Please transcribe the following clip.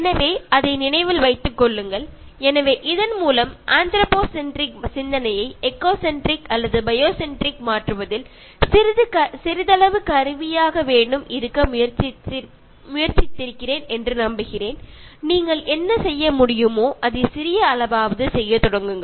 எனவே அதை நினைவில் வைத்துக் கொள்ளுங்கள் எனவே இதன் மூலம் உங்கள் "ஆந்த்ரோபோசென்ரிக் " சிந்தனையை எக்கோ சென்ட்ரிக் அல்லது பயோ சென்ட்ரிக் மாற்றுவதில் சிறிதளவு கருவியாகவேனும் இருக்க முயற்சித்திருக்கிறேன் என்று நம்புகிறேன் நீங்கள் என்ன செய்ய முடியுமோ அதை சிறிய அளவாவது செய்யத் தொடங்குங்கள்